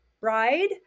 bride